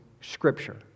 Scripture